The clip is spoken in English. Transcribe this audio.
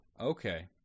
Okay